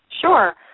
Sure